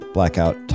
Blackout